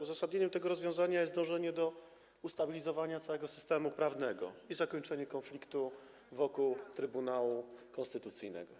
Uzasadnieniem tego rozwiązania jest dążenie do ustabilizowania całego systemu prawnego i zakończenie konfliktu wokół Trybunału Konstytucyjnego.